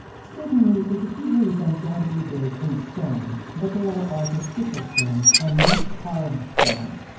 certainly, the cathedral is undoubtedly built in stone, but they are artificial stones and not carved stones.